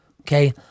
Okay